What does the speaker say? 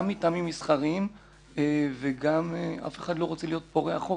מטעמים מסחריים וגם אף אחד לא רוצה להיות פורע חוק.